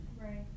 Right